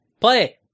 Play